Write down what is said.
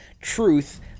truth